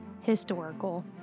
historical